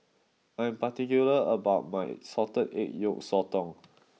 I am particular about my Salted Egg Yolk Sotong